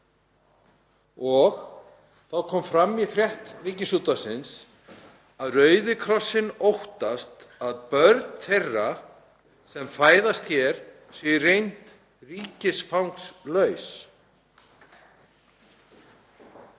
Þá kom fram í frétt Ríkisútvarpsins að Rauði krossinn óttast að börn þeirra sem fæðast hér séu í reynd ríkisfangslaus.